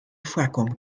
foarkomme